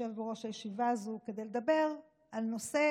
יושב בראש הישיבה הזו כדי לדבר על נושא